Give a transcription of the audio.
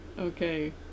okay